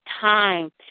time